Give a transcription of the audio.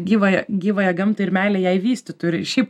gyvąją gyvąją gamtą ir meilę jai vystytų ir šiaip